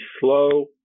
slow